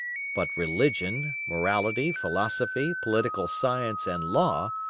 but religion, morality philosophy, political science, and law,